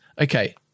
okay-